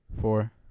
four